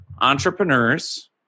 entrepreneurs